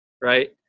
right